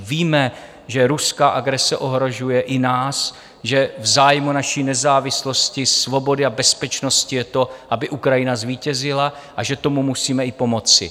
Víme, že ruská agrese ohrožuje i nás, že v zájmu naší nezávislosti, svobody a bezpečnosti je to, aby Ukrajina zvítězila, a že tomu musíme i pomoci.